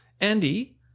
Andy